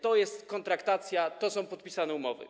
To jest kontraktacja, to są podpisane umowy.